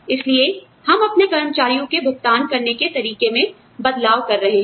इसलिए हम अपने कर्मचारियों के भुगतान करने के तरीके में बदलाव कर रहे हैं